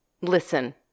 listen